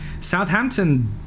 Southampton